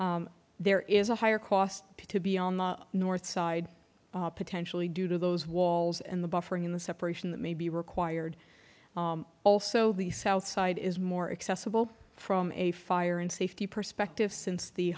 route there is a higher cost to be on the north side potentially due to those walls and the buffering in the separation that may be required also the south side is more accessible from a fire and safety perspective since the